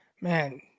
Man